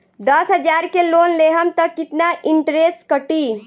दस हजार के लोन लेहम त कितना इनट्रेस कटी?